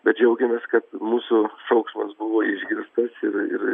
bet džiaugiamės kad mūsų šauksmas buvo išgirstas ir ir